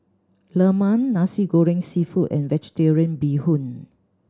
Lemang Nasi Goreng Seafood and Vegetarian Bee Hoon